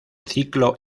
ciclo